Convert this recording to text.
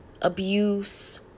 abuse